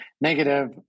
negative